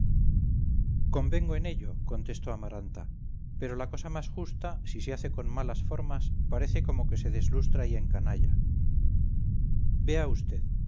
convengo en ello contestó amaranta pero la cosa más justa si se hace con malas formas parece como que se deslustra y encanalla vea